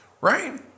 right